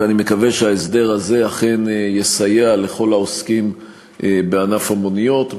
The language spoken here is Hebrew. אני מקווה שההסדר הזה אכן יסייע לכל העוסקים בענף המוניות.